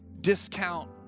discount